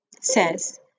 says